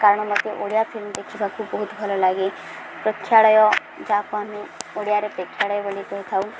କାରଣ ମୋତେ ଓଡ଼ିଆ ଫିଲ୍ମ ଦେଖିବାକୁ ବହୁତ ଭଲ ଲାଗେ ପ୍ରେକ୍ଷାଳୟ ଯାହାକୁ ଆମେ ଓଡ଼ିଆରେ ପ୍ରେକ୍ଷାଳୟ ବୋଲି କହିଥାଉ